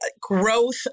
growth